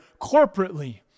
corporately